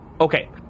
okay